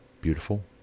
beautiful